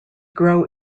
grow